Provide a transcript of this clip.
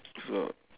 so